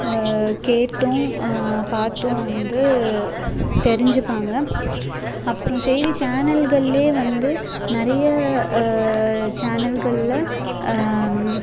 கேட்டும் பார்த்தும் வந்து தெரிஞ்சிப்பாங்க அப்புறம் செய்தி சேனல்கள்லையே வந்து நிறைய சேனல்கள்ல